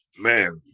man